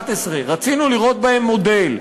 מ-2011 רצינו לראות בהן מודל,